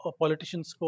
politicians